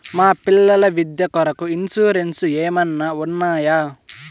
మా పిల్లల విద్య కొరకు ఇన్సూరెన్సు ఏమన్నా ఉన్నాయా?